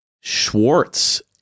Schwartz